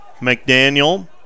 McDaniel